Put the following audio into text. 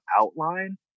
outline